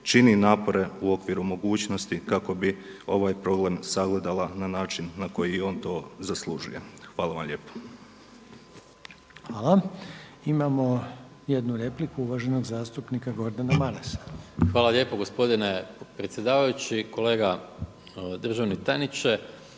čini napore u okviru mogućnosti kako bi ovaj problem sagledala na način na koji je on to i zaslužuje. Hvala vam lijepo. **Reiner, Željko (HDZ)** Hvala. Imamo jednu repliku uvaženog zastupnika Gordana Marasa. **Maras, Gordan (SDP)** Hvala lijepo gospodine predsjedavajući. Kolega državni tajniče.